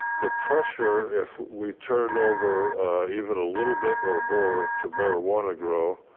the pressure, if we turn over even a little bit or more to marijuana grow,